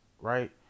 right